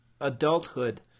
adulthood